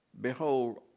Behold